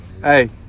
Hey